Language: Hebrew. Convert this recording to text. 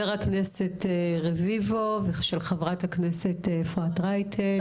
הכנסת רביבו ושל חברת הכנסת אפרת רייטן.